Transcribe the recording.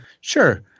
Sure